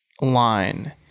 line